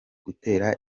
gutera